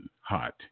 hot